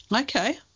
Okay